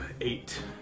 Eight